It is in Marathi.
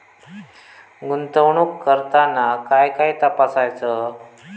गुंतवणूक करताना काय काय तपासायच?